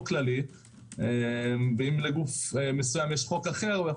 אם לגוף מסוים יש חוק אחר-